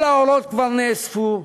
כל האורות כבר נאספו,